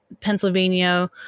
Pennsylvania